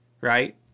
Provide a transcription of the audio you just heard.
Right